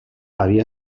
havia